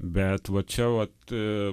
bet va čia vat